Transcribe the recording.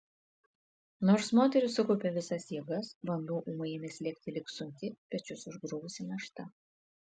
nors moteris sukaupė visas jėgas vanduo ūmai ėmė slėgti lyg sunki pečius užgriuvusi našta